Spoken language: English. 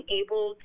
able